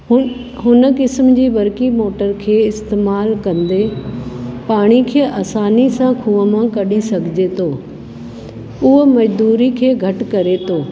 हुन हुन क़िस्म जी बरकी मोटर खे इस्तेमालु कंदे पाणीअ खे आसानीअ सां खूअ मां कढी सघिजे थो उहो मज़दूरी खे घटि करे थो